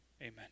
Amen